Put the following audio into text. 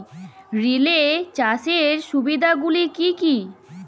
Relay চাষের সুবিধা গুলি কি কি?